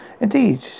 Indeed